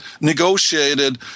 negotiated